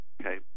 Okay